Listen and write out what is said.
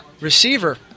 receiver